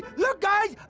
look, guys!